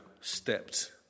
stepped